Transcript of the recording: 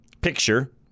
picture